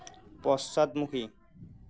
পশ্চাদমুখী